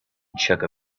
chukka